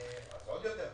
עוד יותר טוב.